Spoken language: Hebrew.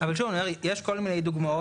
אבל אני אומר יש כל מיני דוגמאות,